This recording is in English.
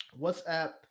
WhatsApp